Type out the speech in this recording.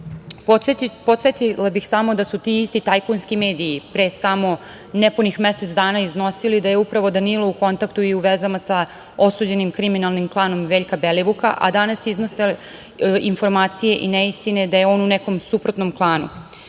Podsetila bih da su ti isti tajkunski mediji pre samo nepunih mesec dana iznosili da je upravo Danilo u kontaktu i u vezama sa osuđenim kriminalnim klanom Veljka Belivuka, a danas iznose informacije i neistine da je on u nekom suprotnom